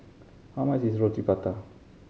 how much is Roti Prata